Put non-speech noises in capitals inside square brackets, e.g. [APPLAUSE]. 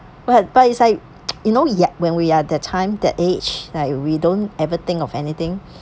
but but it's like [NOISE] you know ya when we are that time that age like we don't ever think of anything